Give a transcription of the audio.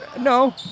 No